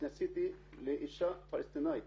נישאתי לאישה פלשתינאית